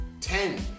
ten